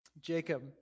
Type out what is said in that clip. Jacob